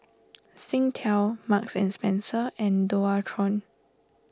Singtel Marks and Spencer and Dualtron